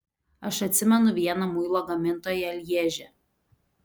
aš atsimenu vieną muilo gamintoją lježe